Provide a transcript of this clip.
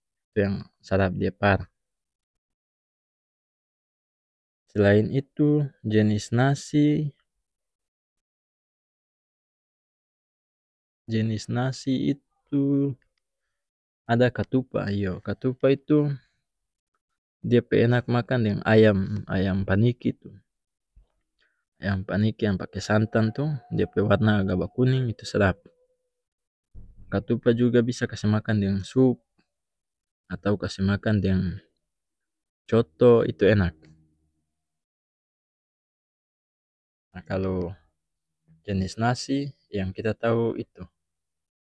Itu yang sadap dia par selain itu jenis nasi jenis nasi itu ada katupa iyo katupa itu dia pe enak makang deng ayam-ayam paniki tu ayam paniki yang pake santan tu dia pe warna agak bakuning itu sadap katupa juga bisa kas makan deng sup atau kas makan deng coto itu enak ah kalu jenis nasi yang kita tau itu.